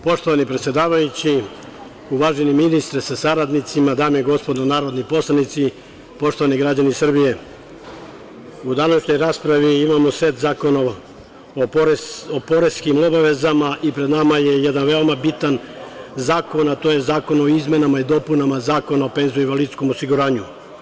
Poštovani predsedavajući, uvaženi ministre sa saradnicima, dame i gospodo narodni poslanici, poštovani građani Srbije, u današnjoj raspravi imamo set zakona o poreskim obavezama i pred nama je jedan veoma bitan zakon, a to je zakon o izmenama i dopunama Zakona o penziono-invalidskom osiguranju.